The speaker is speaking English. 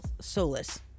Solus